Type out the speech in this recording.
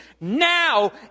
now